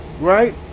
Right